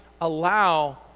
allow